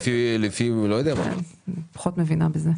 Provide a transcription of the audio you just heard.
אני פחות מבינה בזה.